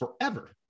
forever